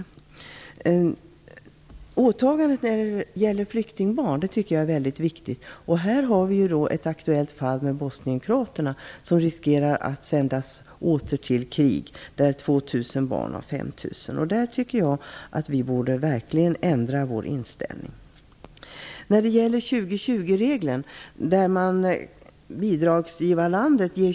Jag tycker att åtagandet vad gäller flyktingbarn är viktigt. Vi har ett aktuellt fall i form av de bosnienkroater som riskerar att sändas åter till krig. Av de 5 000 bosnienkroaterna är 2 000 barn. Jag tycker verkligen att vi därvidlag borde ändra vår inställning.